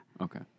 Okay